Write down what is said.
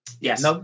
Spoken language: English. Yes